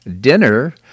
dinner